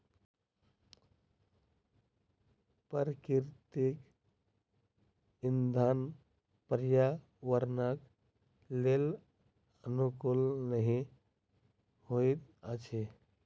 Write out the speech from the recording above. प्राकृतिक इंधन पर्यावरणक लेल अनुकूल नहि होइत अछि